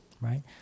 right